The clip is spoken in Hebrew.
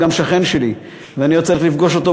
הוא גם שכן שלי ואני עוד צריך לפגוש אותו